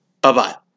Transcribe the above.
Bye-bye